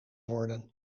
worden